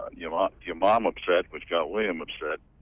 your mom. your mom upset, which got william upset.